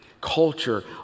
Culture